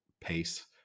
pace